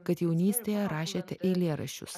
kad jaunystėje rašėte eilėraščius